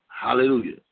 Hallelujah